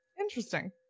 interesting